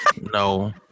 no